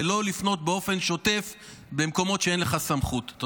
ולא לפנות באופן שוטף במקומות שאין לך סמכות בהם.